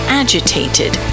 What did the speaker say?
agitated